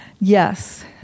yes